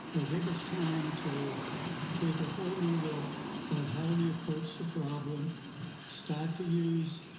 i think it's time to take a whole new look at how we approach the problem start to use